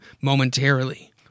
momentarily